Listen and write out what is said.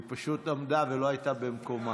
היא פשוט עמדה ולא הייתה במקומה.